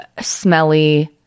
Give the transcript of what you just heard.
smelly